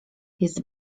jest